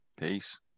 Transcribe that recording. Peace